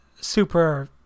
super